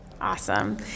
Awesome